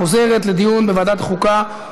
מוחזרת לדיון בוועדת החוקה,